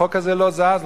והחוק הזה לא זז,